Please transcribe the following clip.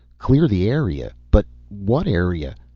clear the area? but what area?